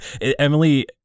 Emily